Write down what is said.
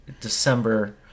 December